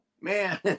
man